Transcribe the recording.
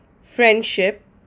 friendship